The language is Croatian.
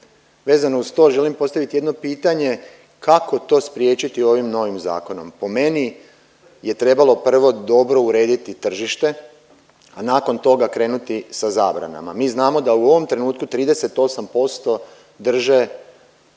vezano uz to želim postaviti jedno pitanje kako to spriječiti ovim novim zakonom? Po meni je trebalo prvo dobro urediti tržište, a nakon toga krenuti sa zabranama. Mi znamo da u ovom trenutku 38% drže ilegalni